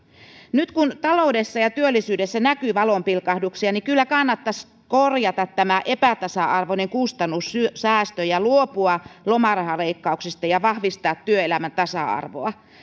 nyt kun taloudessa ja työllisyydessä näkyy valonpilkahduksia kyllä kannattaisi korjata tämä epätasa arvoinen kustannussäästö ja luopua lomarahaleikkauksista ja vahvistaa työelämän tasa arvoa